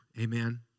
amen